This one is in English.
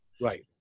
right